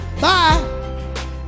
Bye